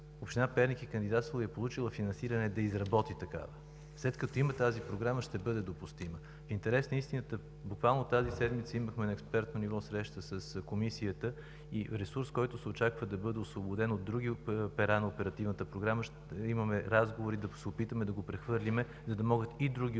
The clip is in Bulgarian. Община Перник е кандидатствала и е получила финансиране, за да изработи такава. След като я има, тази програма ще бъде допустима. В интерес на истината буквално тази седмица имахме среща на експертно ниво с Комисията и за ресурса, който се очаква да бъде освободен от други пера на Оперативната програма, имаме разговори да се опитаме да го прехвърлим, за да могат и други